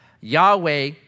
Yahweh